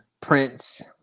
Prince